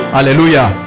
Hallelujah